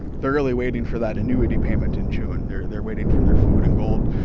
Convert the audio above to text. they're really waiting for that annuity payment in june. they're they're waiting for their food and gold.